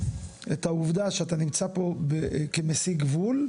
את העובדה שאתה נמצא פה כמסיג גבול,